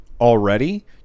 already